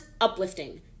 uplifting